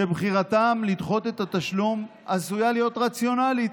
שבחירתם לדחות את התשלום עשויה להיות רציונלית,